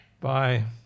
bye